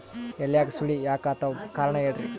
ಎಲ್ಯಾಗ ಸುಳಿ ಯಾಕಾತ್ತಾವ ಕಾರಣ ಹೇಳ್ರಿ?